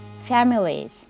families